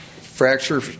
Fracture